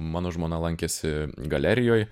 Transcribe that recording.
mano žmona lankėsi galerijoj